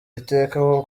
iteka